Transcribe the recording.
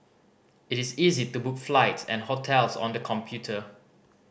it is easy to book flights and hotels on the computer